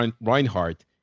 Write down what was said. reinhardt